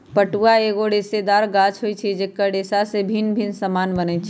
पटुआ एगो रेशेदार गाछ होइ छइ जेकर रेशा से भिन्न भिन्न समान बनै छै